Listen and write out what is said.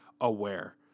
aware